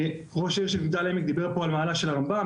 ראש עיריית מגדל העמק דיבר פה על מעלה של הרמב"ם,